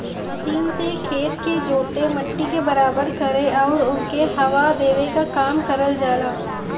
machine से खेत के जोते, मट्टी के बराबर करे आउर ओके हवा देवे क काम करल जाला